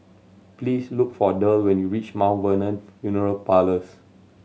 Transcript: please look for Derl when you reach Mount Vernon Funeral Parlours